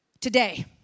today